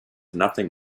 nothing